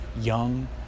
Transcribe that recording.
Young